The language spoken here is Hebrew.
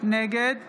נגד